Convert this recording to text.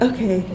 Okay